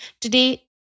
today